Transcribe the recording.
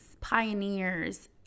pioneers